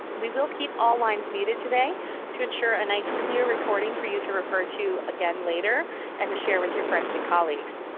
we will keep all lines muted today to ensure a nice clear recording for you to refer to again later and to share with your friends and colleagues.